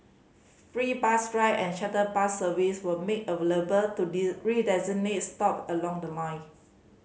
free bus ride and shuttle bus service were made available to these designated stop along the line